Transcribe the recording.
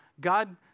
God